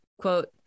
quote